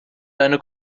deine